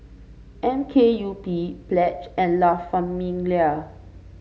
M K U P Pledge and La Famiglia